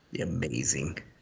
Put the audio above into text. Amazing